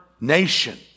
nation